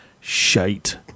shite